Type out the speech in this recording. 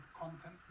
content